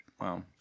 Wow